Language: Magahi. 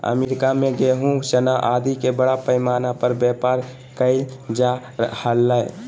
अमेरिका में गेहूँ, चना आदि के बड़ा पैमाना पर व्यापार कइल जा हलय